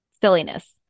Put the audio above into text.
silliness